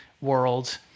world